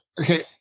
okay